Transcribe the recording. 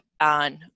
on